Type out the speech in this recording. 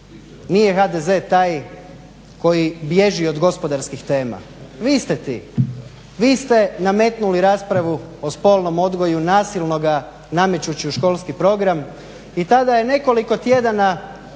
nije HDZ taj koji bježi od gospodarskih tema. Vi ste ti! Vi ste nametnuli raspravu o spolnom odgoju nasilnoga namećući u školski program i tada je nekoliko tjedana